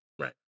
Right